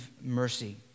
mercy